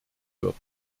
wird